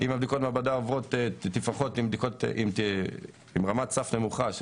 אם בדיקות המעבדה אומרות עם רמת סף נמוכה של